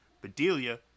Bedelia